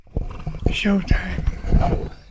Showtime